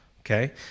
Okay